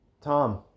Tom